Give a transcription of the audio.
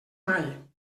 mai